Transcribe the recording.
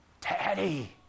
Daddy